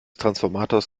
transformators